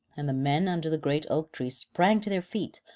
and the men under the great oak tree sprang to their feet,